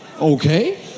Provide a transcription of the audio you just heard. okay